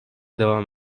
devam